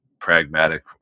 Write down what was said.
pragmatic